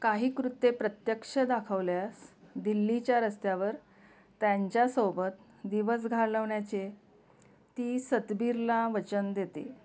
काही कृत्ये प्रत्यक्ष दाखवल्यास दिल्लीच्या रस्त्यावर त्यांच्यासोबत दिवस घालवण्याचे ती सतबीरला वचन देते